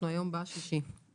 שאנחנו היום ב-6 ביוני,